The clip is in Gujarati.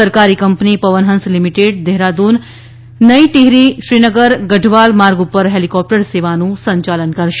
સરકારી કંપની પવનહંસ લિમિટેડ દેહરાદુન નઈ ટિહરી શ્રીનગર ગઢવાલ માર્ગ ઉપર હેલિકોપ્ટર સેવાનું સંચાલન કરશે